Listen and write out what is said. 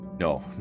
No